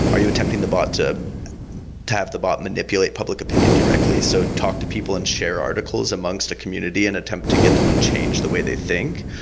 are you attempting the bot to to have the bot manipulate public opinion directly? so talk to people and share articles amongst a community and attempt to get them to change the way they think?